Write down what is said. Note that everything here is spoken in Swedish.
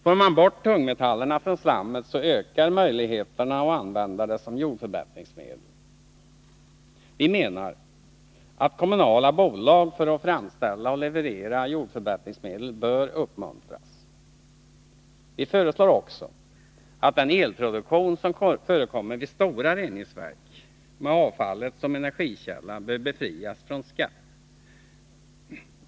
Får man bort tungmetallerna från slammet, ökar möjligheterna att använda det som jordförbättringsmedel. Vi menar att kommunala bolag för att framställa och leverera jordförbättringsmedel bör uppmuntras. Vi föreslår också att den elproduktion som förekommer vid stora reningsverk, med avfallet som energikälla, bör befrias från skatt.